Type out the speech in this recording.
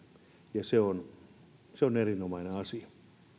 ja se on se on erinomainen asia